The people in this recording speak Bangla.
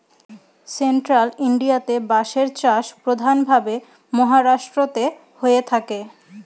সেন্ট্রাল ইন্ডিয়াতে বাঁশের চাষ প্রধান ভাবে মহারাষ্ট্রেতে হয়ে থাকে